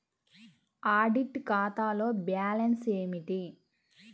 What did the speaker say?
Audit ఖాతాలో balance ఏమిటీ?